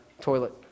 toilet